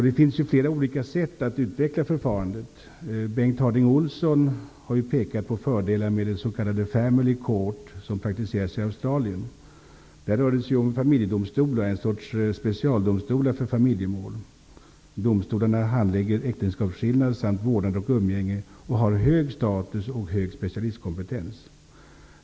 Det finns flera olika sätt att utveckla förfarandet. Bengt Harding Olson har pekat på fördelar med s.k. family court, som praktiseras i Australien. Där rör det sig om familjedomstolar, en sorts specialdomstolar för familjemål. Domstolarna handlägger äktenskapsskillnad samt vårdnad och umgänge och har hög status och hög specialistkompetens.